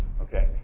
Okay